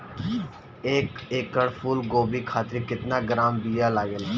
एक एकड़ फूल गोभी खातिर केतना ग्राम बीया लागेला?